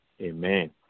amen